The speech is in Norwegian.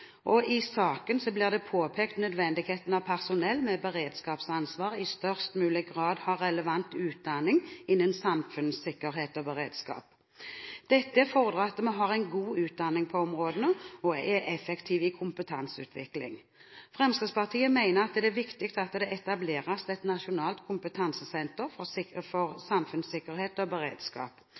og i saken påpekes nødvendigheten av at personell med beredskapsansvar i størst mulig grad har relevant utdanning innenfor samfunnssikkerhet og beredskap. Dette fordrer at vi har en god utdanning på områdene, og er effektive når det gjelder kompetanseutvikling. Fremskrittspartiet mener det er viktig at det etableres et nasjonalt kompetansesenter for samfunnssikkerhet og beredskap.